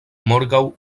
morgaŭ